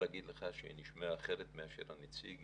להגיד לך שהיא נשמעה אחרת מאשר הנציג.